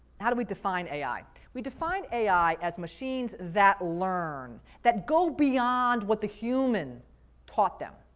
how do we define ai? we define ai as machines that learn, that go beyond what the human taught them,